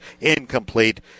incomplete